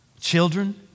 Children